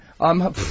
I'm-